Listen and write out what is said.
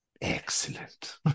Excellent